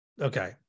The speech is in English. Okay